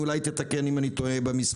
היא אולי תתקן אם אני טועה במספרים,